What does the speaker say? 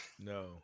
No